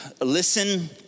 listen